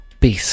Peace